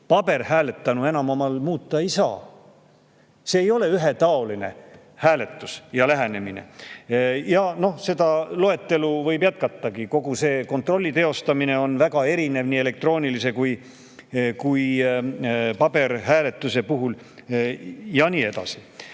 paberil hääletanu enam oma [otsust] muuta ei saa. See ei ole ühetaoline hääletus ja lähenemine. Seda loetelu võib jätkata. Kogu see kontrolli teostamine on väga erinev elektroonilise ja paberhääletuse puhul ja nii edasi.